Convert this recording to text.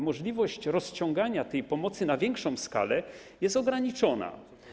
Możliwość rozciągania tej pomocy na większą skalę jest ograniczona.